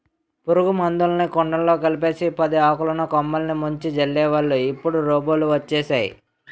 పురుగుల మందులుని కుండలో కలిపేసి పదియాకులున్న కొమ్మలిని ముంచి జల్లేవాళ్ళు ఇప్పుడు రోబోలు వచ్చేసేయ్